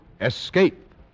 Escape